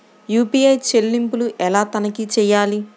UPI చెల్లింపులు ఎలా తనిఖీ చేయాలి?